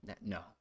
No